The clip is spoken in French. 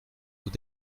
vous